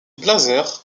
blazers